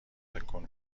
تکون